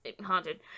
haunted